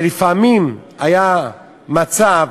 לפעמים היה מצב